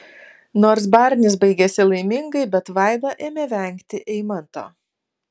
nors barnis baigėsi laimingai bet vaida ėmė vengti eimanto